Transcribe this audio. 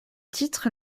titre